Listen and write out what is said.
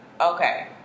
okay